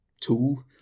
tool